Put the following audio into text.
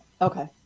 Okay